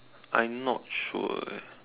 I not sure eh